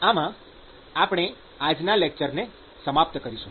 આમ આપણે આજના લેકચરને સમાપ્ત કરીશું